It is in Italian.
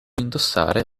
indossare